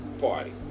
Party